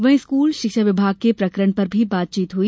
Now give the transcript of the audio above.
वहीं स्कूल शिक्षा विभाग के प्रकरण पर भी बातचीत हुई